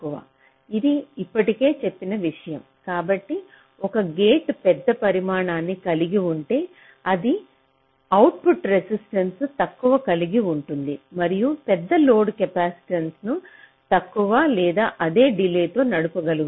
ఇది ఇప్పటికే చెప్పిన విషయం కాబట్టి ఒక గేట్ పెద్ద పరిమాణాన్ని కలిగి ఉంటే అది అవుట్పుట్ రెసిస్టెంట్స్ తక్కువ కలిగి ఉంటుంది మరియు పెద్ద లోడ్ కెపాసిటెన్స్ను తక్కువ లేదా అదే డిలే తో నడిపించగలదు